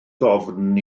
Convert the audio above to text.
ddofn